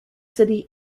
city